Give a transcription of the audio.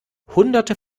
hunderte